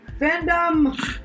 Fandom